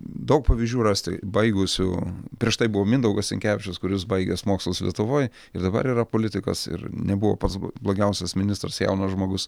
daug pavyzdžių rasti baigusių prieš tai buvo mindaugas sinkevičius kuris baigęs mokslus lietuvoj ir dabar yra politikas ir nebuvo pats blogiausias ministras jaunas žmogus